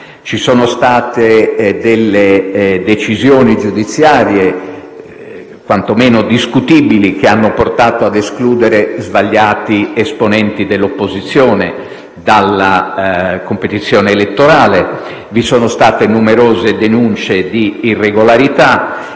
ci sono state delle decisioni giudiziarie quantomeno discutibili, che hanno portato a escludere svariati esponenti dell'opposizione dalla competizione elettorale; vi sono state numerose denunce di irregolarità